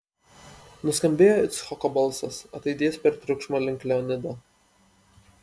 nuskambėjo icchoko balsas ataidėjęs per triukšmą link leonido